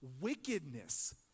wickedness